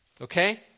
okay